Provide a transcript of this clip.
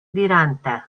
dirante